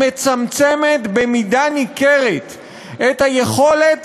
מצמצמת במידה ניכרת את היכולת